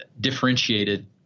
differentiated